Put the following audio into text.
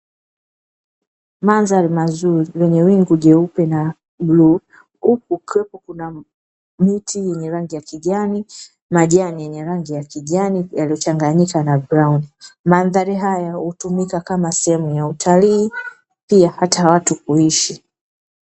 Madhari mazuri yenye wingu jeupe na bluu, huku kuna miti yenye rangi ya kijani, majani yenye rangi ya kijani yaliyochanganyika na brauni, madhari hayo hutumika kama sehemu ya utalii pia hata watu kuishi.